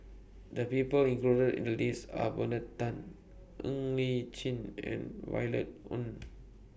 The People included in The list Are Bernard Tan Ng Li Chin and Violet Oon